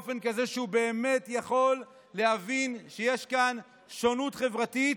באופן כזה שהוא באמת יכול להבין שיש כאן שונות חברתית,